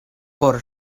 por